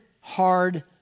hard